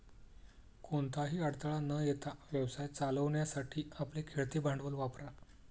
कोणताही अडथळा न येता व्यवसाय चालवण्यासाठी आपले खेळते भांडवल वापरा